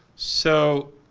so,